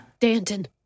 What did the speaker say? Danton